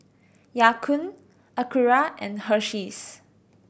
Ya Kun Acura and Hersheys